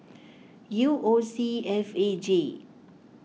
U O C F A J